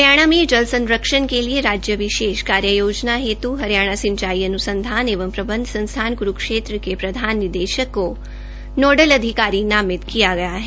हरियाणा में जल संरक्षण के लिए राज्य विशेष कार्य योजना हेत् हरियाणा सिंचाई अन्संधान एवं प्रबंध संस्थान कुरूक्षेत्र के प्रधान निदेशक को नोडल अधिकारी नामित किया गया है